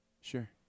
Sure